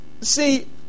see